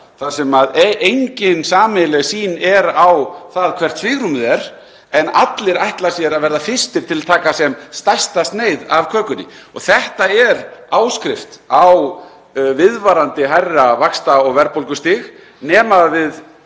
þar sem engin sameiginleg sýn er á það hvert svigrúmið er. En allir ætla sér að verða fyrstir til að taka sem stærsta sneið af kökunni. Þetta er áskrift á viðvarandi hærra vaxta- og verðbólgustig nema við